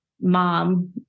mom